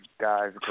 guys